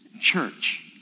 church